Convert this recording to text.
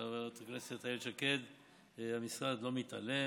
חברת הכנסת איילת שקד, המשרד לא מתעלם.